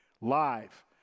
live